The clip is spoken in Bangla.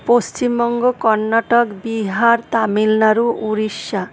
পশ্চিমবঙ্গ কর্ণাটক বিহার তামিলনাড়ু উড়িষ্যা